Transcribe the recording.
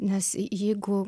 nes jeigu